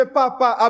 papa